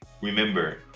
Remember